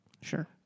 Sure